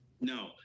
No